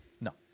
No